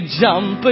jump